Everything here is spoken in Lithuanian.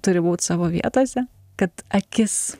turi būt savo vietose kad akis